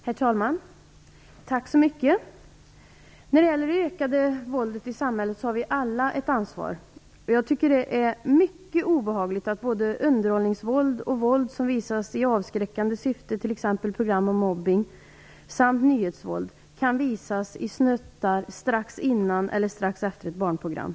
Herr talman! Tack så mycket. När det gäller det ökade våldet i samhället har vi alla ett ansvar. Jag tycker att det är mycket obehagligt att både underhållningsvåld och våld som visas i avskräckande syfte, t.ex. program om mobbning samt nyhetsvåld, kan visas i snuttar strax före eller strax efter ett barnprogram.